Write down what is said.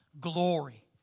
Glory